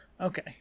okay